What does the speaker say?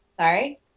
Sorry